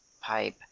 pipe